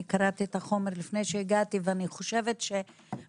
אני קראתי את החומר לפני שהגעתי ואני חושבת שבדרך